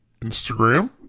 Instagram